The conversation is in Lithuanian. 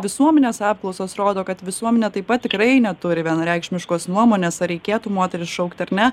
visuomenės apklausos rodo kad visuomenė taip pat tikrai neturi vienareikšmiškos nuomonės ar reikėtų moteris šaukti ar ne